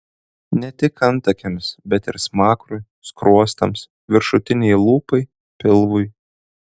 ne tik antakiams bet ir smakrui skruostams viršutinei lūpai pilvui